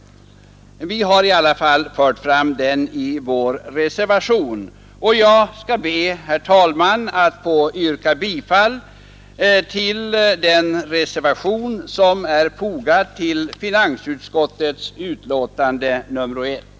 Vi har i alla fall fört fram saken i vår reservation, och jag skall be, herr talman, att få yrka bifall till den reservation som är fogad till finansutskottets betänkande nr 1.